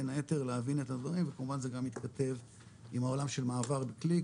בין היתר להבין את הדברים וכמובן זה גם מתכתב עם העולם של מעבר כלי,